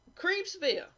Creepsville